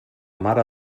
mare